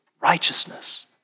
righteousness